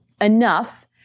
enough